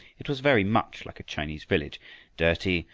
it was very much like a chinese village dirty,